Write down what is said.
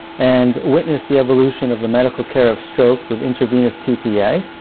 and witnessed the evolution of the medical care of stroke with intravenous tpa,